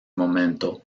momento